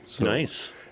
Nice